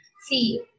see